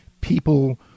people